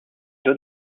deux